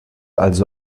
also